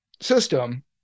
system